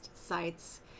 sites